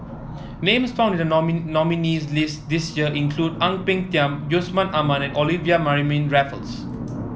names found in the nominees' list this year include Ang Peng Tiam Yusman Aman and Olivia Mariamne Raffles